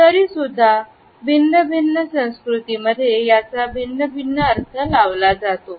तरीसुद्धा भिन्न भिन्न संस्कृती याचा भिन्न अर्थ लावला जातो